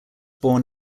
born